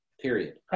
period